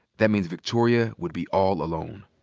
that means victoria would be all alone.